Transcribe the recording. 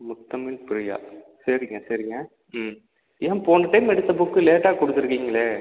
முத்தமிழ் பிரியா சரிங்க சரிங்க ம் ஏன் போன டைம் எடுத்த புக்கு லேட்டாக கொடுத்துருக்கீங்களே